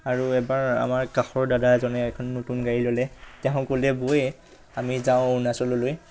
আৰু এবাৰ আমাৰ কাষৰ দাদাজনে এখন নতুন গাড়ী ল'লে তেওঁ ক'লে বৈ আমি যাওঁ অৰুণাচললৈ